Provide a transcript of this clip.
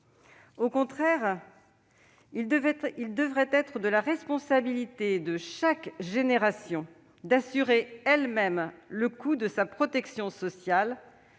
Au contraire, il devrait être de la responsabilité de chaque génération d'assurer elle-même le coût de sa protection sociale,